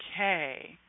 Okay